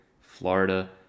florida